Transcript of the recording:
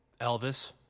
Elvis